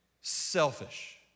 selfish